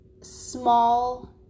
small